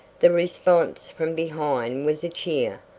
the response from behind was a cheer,